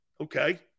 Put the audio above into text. Okay